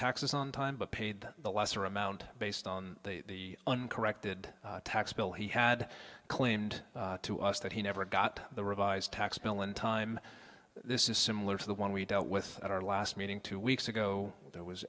taxes on time but paid the lesser amount based on the uncorrected tax bill he had claimed to us that he never got the revised tax bill in time this is similar to the one we dealt with at our last meeting two weeks ago there was